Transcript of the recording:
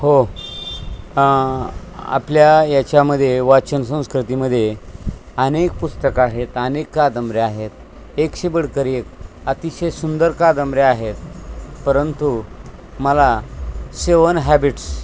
हो आपल्या याच्यामध्ये वाचन संस्कृतीमध्ये अनेक पुस्तकं आहेत अनेक कादंबऱ्या आहेत एकशे बडकर एक अतिशय सुंदर कादंबऱ्या आहेत परंतु मला सेवन हॅबिट्स